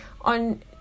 on